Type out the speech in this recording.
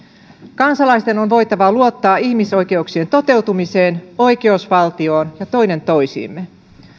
kansalaisten on voitava luottaa ihmisoikeuksien toteutumiseen oikeusvaltioon ja toinen toisiimme